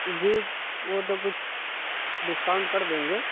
جی وہ تو کچھ ڈسکاؤنٹ کر دیں گے